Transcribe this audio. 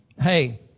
hey